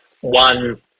one